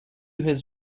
his